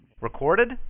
Recorded